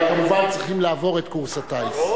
אבל, כמובן, צריכים לעבור את קורס הטיס.